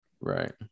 Right